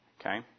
okay